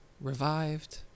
revived